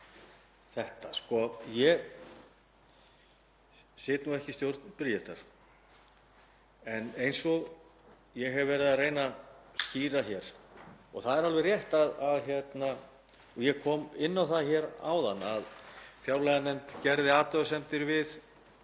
þetta. Ég sit ekki í stjórn Bríetar en eins og ég hef verið að reyna að skýra hér — það er alveg rétt að ég kom inn á það áðan að fjárlaganefnd gerði athugasemdir við